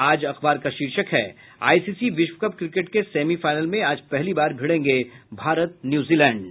आज अखबार का शीर्षक है आईसीसी विश्व कप क्रिकेट के सेमीफाइनल में आज पहली बार भिड़ेंगे भारत न्यूजीलैंड